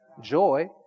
Joy